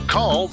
Call